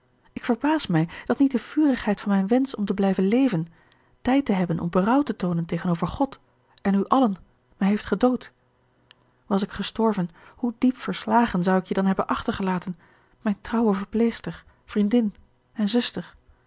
ik verbaas mij dat niet de vurigheid van mijn wensch om te blijven leven tijd te hebben om berouw te toonen tegenover god en u allen mij heeft gedood was ik gestorven hoe diep verslagen zou ik je dan hebben achtergelaten mijn trouwe verpleegster vriendin en zuster